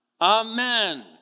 Amen